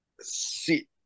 See